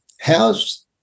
how's